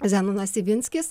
zenonas ivinskis